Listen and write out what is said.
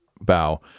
bow